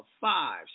five